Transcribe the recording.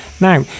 Now